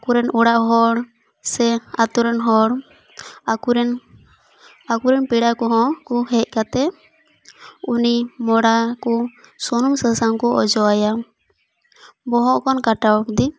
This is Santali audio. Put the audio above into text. ᱟᱠᱚ ᱨᱮᱱ ᱚᱲᱟᱜ ᱦᱚᱲ ᱥᱮ ᱟᱹᱛᱩ ᱨᱮᱱ ᱦᱚᱲ ᱟᱠᱚᱨᱮᱱ ᱯᱮᱲᱟ ᱠᱚᱦᱚᱸ ᱠᱚ ᱦᱮᱡ ᱠᱟᱛᱮᱫ ᱩᱱᱤ ᱢᱚᱲᱟ ᱠᱚ ᱥᱩᱱᱩᱢ ᱥᱟᱥᱟᱝ ᱠᱚ ᱚᱡᱚᱜ ᱟᱭᱟ ᱵᱚᱦᱚᱜ ᱠᱷᱚᱱ ᱠᱟᱴᱟ ᱟᱵᱫᱤ